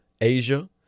Asia